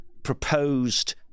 Proposed